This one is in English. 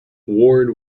ward